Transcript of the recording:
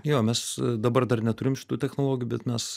jo mes dabar dar neturim šitų technologijų bet mes